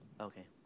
Okay